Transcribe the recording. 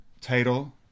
title